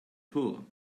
poor